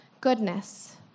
goodness